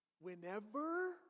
Whenever